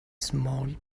small